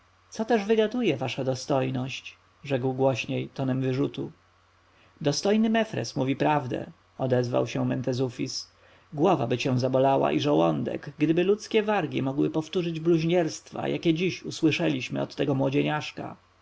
co też wygaduje wasza dostojność rzekł głośniej tonem wyrzutu dostojny mefres mówi prawdę odezwał się mentezufis głowaby cię zabolała i żołądek gdyby ludzkie wargi mogły powtórzyć bluźnierstwa jakie dziś usłyszeliśmy od tego młodzieniaszka